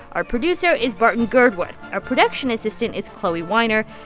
our producer is barton girdwood. our production assistant is chloe weiner.